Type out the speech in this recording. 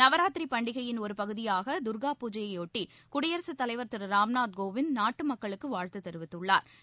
நவராத்திரி பண்டிகையின் ஒரு பகுதியாக தர்கா பூஜையையொட்டி குடியரசுத் தலைவர் திரு ராம்நாத் கோவிந்த் நாட்டு மக்களுக்கு வாழ்த்து தெரிவித்துள்ளாா்